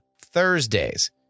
Thursdays